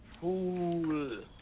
fool